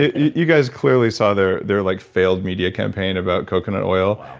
you guys clearly saw their their like failed media campaign about coconut oil.